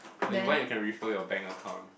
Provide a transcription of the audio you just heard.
or you want you can refill your bank account